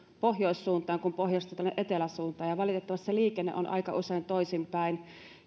pohjoissuuntaan kuin pohjoisesta tänne etelän suuntaan ja valitettavasti se liikenne on aika usein toisinpäin